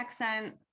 accent